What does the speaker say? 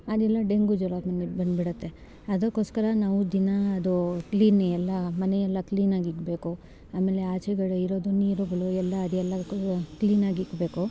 ಅಲ್ಲೆಲ್ಲ ಡೆಂಗು ಜ್ವರ ಬಂ ಬಂದು ಬಿಡುತ್ತೆ ಅದಕ್ಕೋಸ್ಕರ ನಾವು ದಿನ ಅದು ಕ್ಲೀನ್ ಎಲ್ಲ ಮನೆ ಎಲ್ಲ ಕ್ಲೀನಾಗಿಡಬೇಕು ಆಮೇಲೆ ಆಚೆಕಡೆ ಇರೋದು ನೀರುಗಳು ಎಲ್ಲ ಅದೆಲ್ಲಾ ಕ್ಲೀನಾಗಿ ಇಡ್ಬೇಕು